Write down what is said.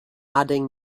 adding